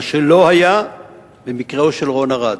מה שלא היה במקרה של רון ארד,